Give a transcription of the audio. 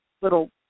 little